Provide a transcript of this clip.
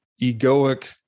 egoic